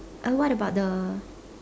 uh what about the